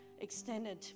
extended